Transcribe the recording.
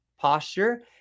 posture